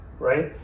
right